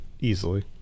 easily